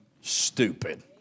stupid